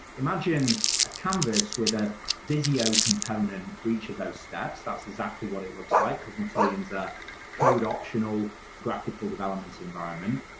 imagine a canvas with a video component for each of those steps. that's exactly what it looks like, because matillion is ah a code optional graphical developments environment.